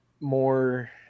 more